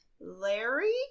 Larry